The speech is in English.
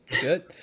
good